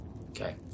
Okay